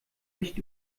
nicht